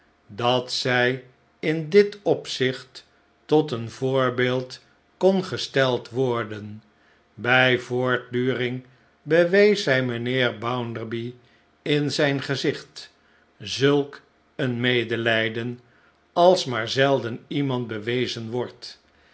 dat zij in dit opzicht tot een voorbeeld kon gesteld worden bij voortduring bewees zij mijnheer bounderby in zijn gezicht zulk een medelijden als maar zelden iemand bewezen wordt